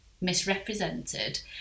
misrepresented